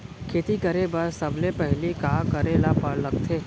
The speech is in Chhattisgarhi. खेती करे बर सबले पहिली का करे ला लगथे?